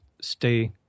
stay